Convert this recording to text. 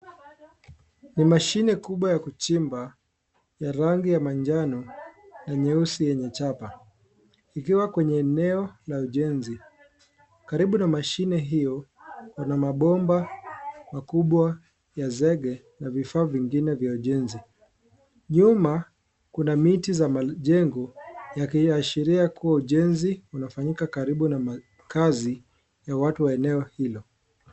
Ni mashini kubwa ya kuchimba ya rangi ya manjano na nyeusi yenye jaba ikiwa kwenye eneo la ujenzi. Karibu na mashine hiyo kuna mabomba makubwa ya zege na vifaa vingine vya ujenzi. Nyuma kuna miti za mjengo yakiashiria kuwa ujenzi unafanyika karibu na makazi ya watu wa eneo hilo.